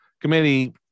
committee